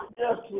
yes